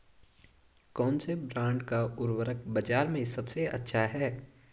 कौनसे ब्रांड का उर्वरक बाज़ार में सबसे अच्छा हैं?